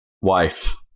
Wife